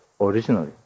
originally